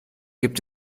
gibt